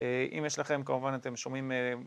אם יש לכם כמובן אתם שומעים